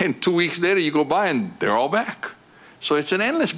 in two weeks there you go by and they're all back so it's an endless